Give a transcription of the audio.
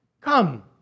come